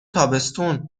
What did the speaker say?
تابستون